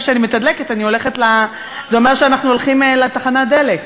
בדרך כלל כשאני מתדלקת זה אומר שאנחנו הולכים לתחנת דלק.